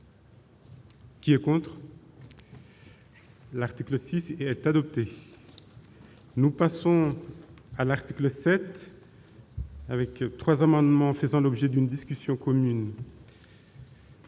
qui est pour. L'article 6 être adopté, nous passons à l'article 7. Avec 3 amendements, ce sont l'objet d'une discussion commune.